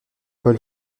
paul